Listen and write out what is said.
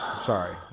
sorry